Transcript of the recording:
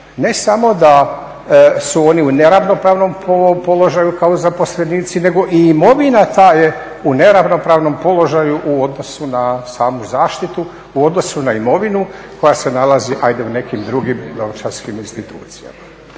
ne samo da su oni u neravnopravnom položaju kao zaposlenici nego i imovina ta je u neravnopravnom položaju u odnosu na samu zaštitu, u odnosu na imovinu koja se nalazi ajde u nekim drugim novčarskim institucijama.